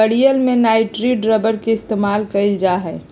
गड़ीयन में nitrile rubber के इस्तेमाल कइल जा हई